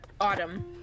Autumn